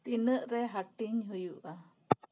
ᱛᱤᱱᱟ ᱜ ᱨᱮ ᱦᱟᱹᱴᱤᱧ ᱦᱩᱭᱩᱜᱼᱟ